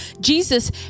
Jesus